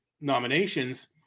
nominations